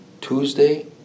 Tuesday